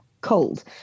cold